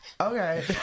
Okay